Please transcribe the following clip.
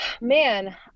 man